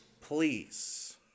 Please